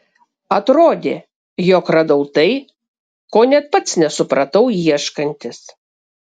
atrodė jog radau tai ko net pats nesupratau ieškantis